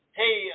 hey